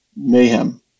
mayhem